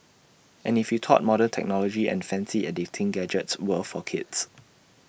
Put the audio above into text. and if you thought modern technology and fancy editing gadgets were for kids